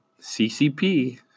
CCP